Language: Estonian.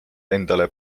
endale